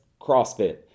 CrossFit